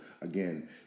again